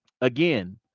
Again